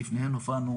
בפניהן הופענו